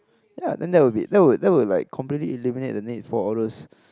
ya then that will be that that will like completely eliminate the need for all those